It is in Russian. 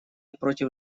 против